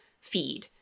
feed